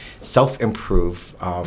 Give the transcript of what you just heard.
self-improve